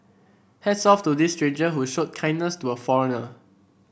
hats off to this stranger who showed kindness to a foreigner